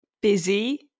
busy